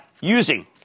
using